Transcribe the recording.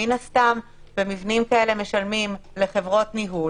מן הסתם במבנים כאלה משלמים לחברות ניהול,